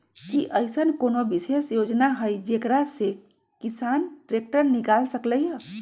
कि अईसन कोनो विशेष योजना हई जेकरा से किसान ट्रैक्टर निकाल सकलई ह?